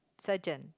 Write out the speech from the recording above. surgeon